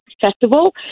festival